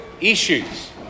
issues